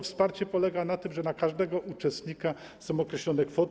Wsparcie polega na tym, że na każdego uczestnika są określone kwoty.